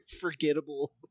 forgettable